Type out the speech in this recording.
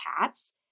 cats